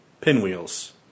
Pinwheels